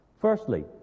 Firstly